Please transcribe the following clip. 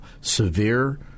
severe